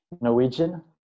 Norwegian